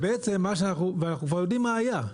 ובעצם, אנחנו כבר יודעים מה היה.